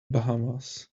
bahamas